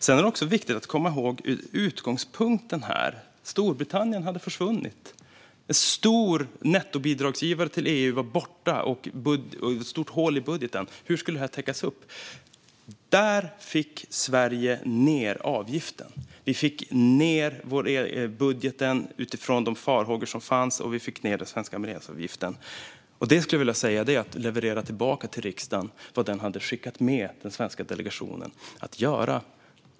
Det är också viktigt att komma ihåg utgångspunkten här: Storbritannien hade försvunnit. En stor nettobidragsgivare till EU var borta, och det var ett stort hål i budgeten. Hur skulle detta täckas upp? Där fick Sverige ned avgiften. Vi fick ned budgeten utifrån de farhågor som fanns, och vi fick ned den svenska medlemsavgiften. Det skulle jag vilja säga är att leverera tillbaka till riksdagen vad den hade uppmanat den svenska delegationen att göra.